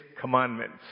commandments